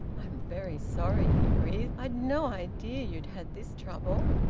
i'm very sorry, he breathed. i'd no idea you'd had this trouble.